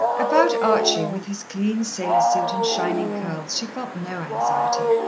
about archie, with his clean sailor suit and shining curls, she felt no anxiety.